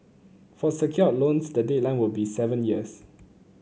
for secured loans the deadline will be seven years